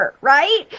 right